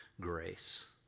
grace